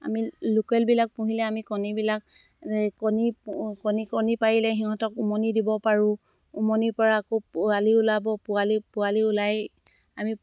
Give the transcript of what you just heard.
আমি লোকেলবিলাক পুহিলে আমি কণীবিলাক কণী পাৰিলে সিহঁতক উমনি দিব পাৰোঁ উমনিৰ পৰা আকৌ পোৱালি ওলাব পোৱালি ওলাই আমি